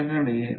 5 centimetre 0